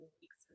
weeks